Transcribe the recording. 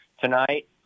tonight